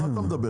על מה אתה מדבר?